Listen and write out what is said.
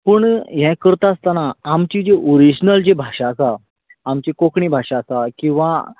पूण ये करता आसतना आमची जी ओरीजिनल जी भाशा आसा आमची कोंकणी भाशा आसा किंवा